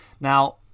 now